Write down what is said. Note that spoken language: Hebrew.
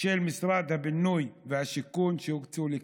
של משרד הבינוי והשיכון שהוקצו לכך.